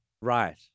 Right